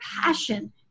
passion